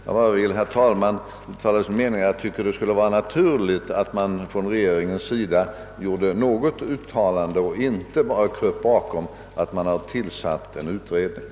Jag vill, herr talman, uttala som min mening att det borde vara naturligt att regeringen gjorde något uttalande och inte bara kröp bakom att den har tillsatt en utredning.